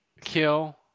Kill